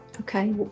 Okay